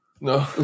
No